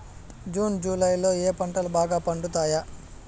June July లో ఏ పంటలు బాగా పండుతాయా?